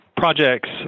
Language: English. projects